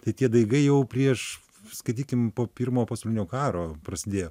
tie daigai jau prieš skaitykim po pirmo pasaulinio karo prasidėjo